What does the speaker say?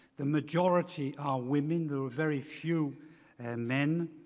the majority are women, there were very few and men.